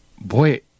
boy